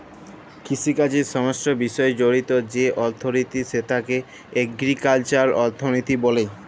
কিষিকাজের সমস্ত বিষয় জড়িত যে অথ্থলিতি সেটকে এগ্রিকাল্চারাল অথ্থলিতি ব্যলে